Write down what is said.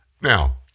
Now